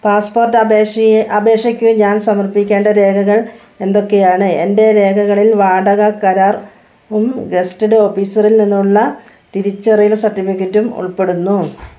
passport അപേക്ഷയ്ക്ക് ഞാൻ സമർപ്പിക്കേണ്ട രേഖകൾ എന്തൊക്കെയാണ് എൻ്റെ രേഖകളിൽ വാടക കരാറും ഗസറ്റഡ് ഓഫീസറിൽ നിന്നുള്ള തിരിച്ചറിയൽ സർട്ടിഫിക്കറ്റും ഉൾപ്പെടുന്നു